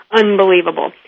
unbelievable